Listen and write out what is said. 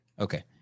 Okay